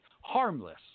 harmless